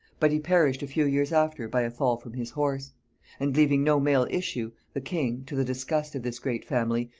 but he perished a few years after by a fall from his horse and leaving no male issue, the king, to the disgust of this great family,